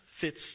fits